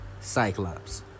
Cyclops